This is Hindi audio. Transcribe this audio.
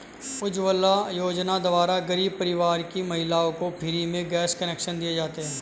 उज्जवला योजना द्वारा गरीब परिवार की महिलाओं को फ्री में गैस कनेक्शन दिए जाते है